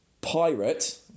Pirate